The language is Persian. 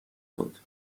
بود